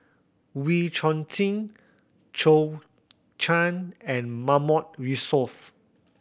Wee Chong Jin Zhou Can and Mahmood Yusof